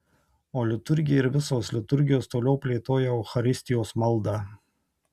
o liturgija ir visos liturgijos toliau plėtojo eucharistijos maldą